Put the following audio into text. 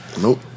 Nope